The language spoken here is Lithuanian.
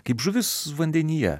kaip žuvis vandenyje